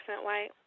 white